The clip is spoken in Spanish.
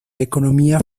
economía